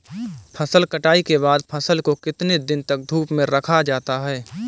फसल कटाई के बाद फ़सल को कितने दिन तक धूप में रखा जाता है?